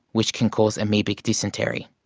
which can cause amoebic dysentery.